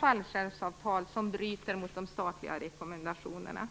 fallskärmsavtal, som bryter mot de statliga rekommendationerna.